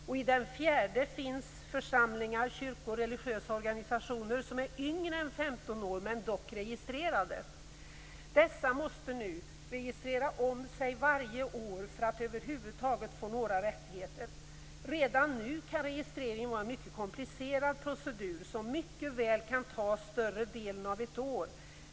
I den fjärde kategorin finns församlingar, kyrkor och religiösa organisationer som är yngre en 15 år men dock registrerade. Dessa måste nu registrera om sig varje år för att över huvud taget få några rättigheter. Redan nu kan registreringen vara en mycket komplicerad procedur som tar större delen av ett år.